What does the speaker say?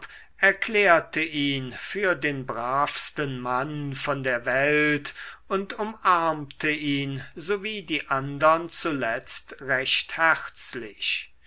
erklärte ihn für den bravsten mann von der welt und umarmte ihn sowie die andern zuletzt recht herzlich